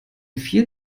viel